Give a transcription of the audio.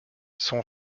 son